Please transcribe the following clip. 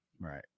Right